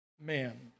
man